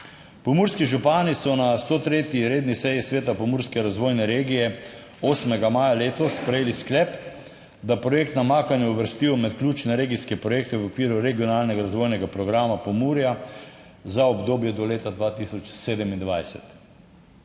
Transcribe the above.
Pomurski župani so na 103. redni seji Sveta pomurske razvojne regije 8. Maja letos sprejeli sklep, da projekt namakanja uvrstijo med ključne regijske projekte v okviru regionalnega razvojnega programa Pomurja za obdobje do leta 2027.